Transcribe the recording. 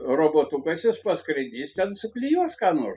robotukas jis paskraidys ten suklijuos ką nor